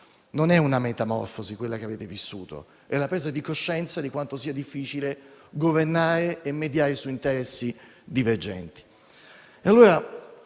Non è una metamorfosi quella che avete vissuto: è la presa di coscienza di quanto sia difficile governare e mediare su interessi divergenti.